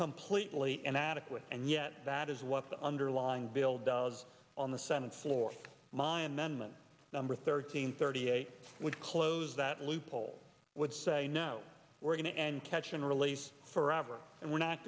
completely inadequate and yet that is what the underlying bill does on the senate floor my amendment number thirteen thirty eight would close that loophole would say no we're going to catch and release forever and we're not